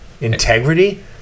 Integrity